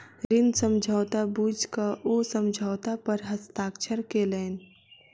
ऋण समझौता बुइझ क ओ समझौता पर हस्ताक्षर केलैन